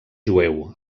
jueu